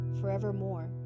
forevermore